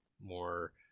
more